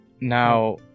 Now